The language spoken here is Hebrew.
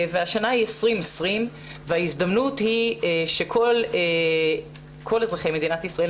השנה היא 2020 וההזדמנות היא שכל אזרחי מדינת ישראל,